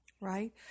right